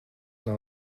nav